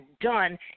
done